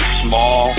small